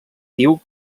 diu